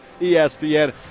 espn